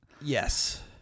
Yes